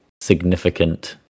significant